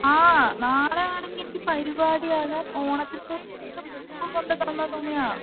ആ നാളെയാണെങ്കിൽ എനിക്ക് പരിപാടിയാണ് ഞാൻ ഓണത്തിൻ്റെ ഒക്കെ മുമ്പ് കൊണ്ടുത്തന്ന തുണിയാണ്